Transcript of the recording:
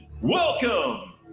welcome